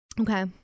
Okay